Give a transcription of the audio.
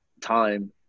time